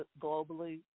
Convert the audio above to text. globally